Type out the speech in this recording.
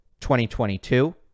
2022